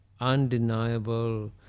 undeniable